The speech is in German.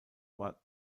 war